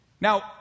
Now